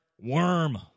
worm